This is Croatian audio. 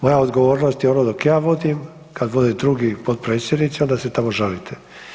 Moja odgovornost je ono dok ja vodim, kad budu drugi potpredsjednici, onda se tamo žalite.